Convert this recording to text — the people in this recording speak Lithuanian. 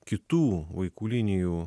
kitų vaikų linijų